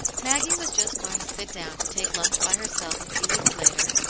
maggie was just going to sit down to take lunch by herself a few weeks later,